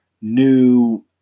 new